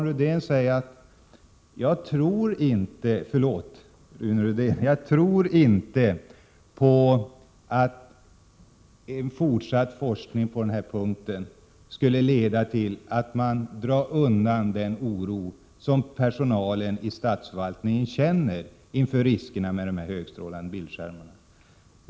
Rune Rydén tror inte att fortsatt forskning skulle undanröja den oro som personalen i statsförvaltningen känner inför riskerna med högstrålande bildskärmar.